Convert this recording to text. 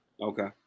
Okay